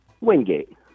Wingate